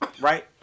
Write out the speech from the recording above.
right